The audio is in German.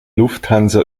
lufthansa